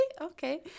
Okay